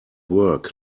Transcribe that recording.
work